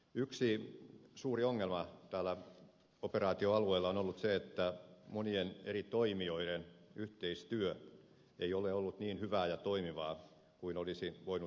yksi suuri ongelma täällä operaatioalueella on ollut se että monien eri toimijoiden yhteistyö ei ole ollut niin hyvää ja toimivaa kuin olisi voinut odottaa